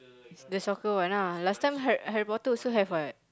the the soccer one ah last time harr~ Harry-Potter also have [what]